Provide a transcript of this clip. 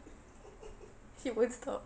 she won't stop